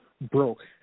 broke